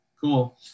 cool